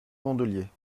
candelier